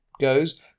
goes